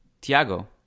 tiago